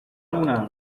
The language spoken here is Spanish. alguna